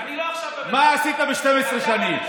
מה עשית ב-12 שנים?